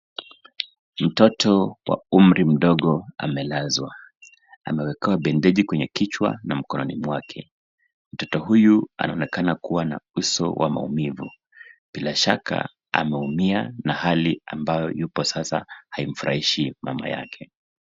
Mtoto wa umri mdogo amelazwa amewekewa bendeji kichwani na mkononi mwake. Mtoto huyu anaonekana kuwa na uso wa maumivu, bila shaka ameumia na hali ambayo yupo sasa haimfurahishi mama yake.